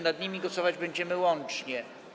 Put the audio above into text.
Nad nimi głosować będziemy łącznie.